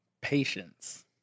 patience